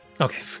okay